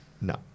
No